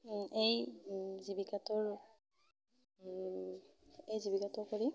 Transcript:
এই জীৱিকাটোৰ এই জীৱিকাটো কৰি